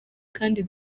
kandi